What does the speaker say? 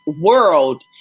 world